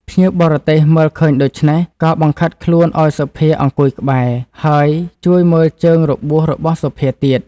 ភ្ញៀវបរទេសមើលឃើញដូច្នេះ ក៏បង្ខិតខ្លួនឱ្យសុភាអង្គុយក្បែរ ហើយជួយមើលជើងរបួស របស់សុភាទៀត ។